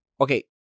Okay